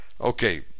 Okay